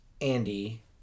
Andy